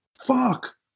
fuck